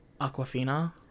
Aquafina